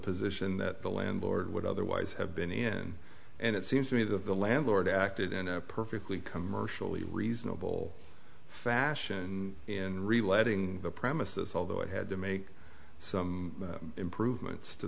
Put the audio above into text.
position that the landlord would otherwise have been in and it seems to me that the landlord acted in a perfectly commercially reasonable fashion in relating the premises although it had to make some improvements to